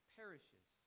perishes